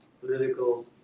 political